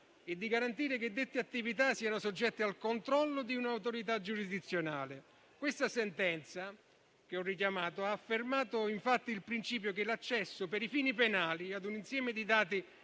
e garantire che dette attività siano soggette al controllo di un'autorità giurisdizionale. La sentenza che ho appena richiamato ha affermato infatti il principio che l'accesso per i fini penali ad un insieme di dati